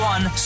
One